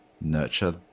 nurture